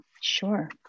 sure